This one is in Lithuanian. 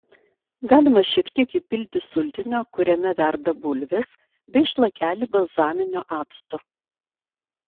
galima šiek tiek įpilti sultinio kuriame verda bulvės bei šlakelį balzaminio acto